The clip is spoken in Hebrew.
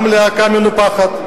גם הלהקה מנופחת,